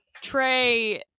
Trey